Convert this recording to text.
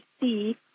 see